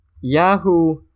Yahoo